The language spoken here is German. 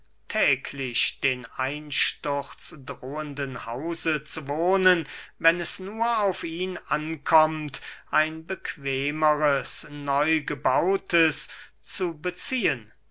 täglich den einsturz drohenden hause zu wohnen wenn es nur auf ihn ankommt ein bequemeres neugebautes zu beziehen